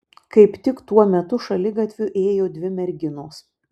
kaip tik tuo metu šaligatviu ėjo dvi merginos